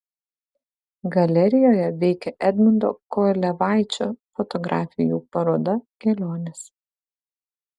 galerijoje veikia edmundo kolevaičio fotografijų paroda kelionės